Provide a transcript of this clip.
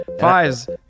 Fives